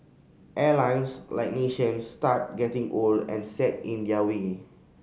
airlines like nations start getting old and set in their way